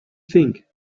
think